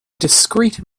discreet